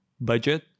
budget